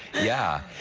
yeah.